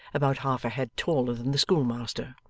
about half a head taller than the schoolmaster.